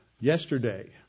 Yesterday